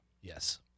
Yes